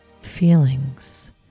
feelings